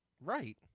Right